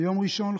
ביום ראשון,